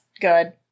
good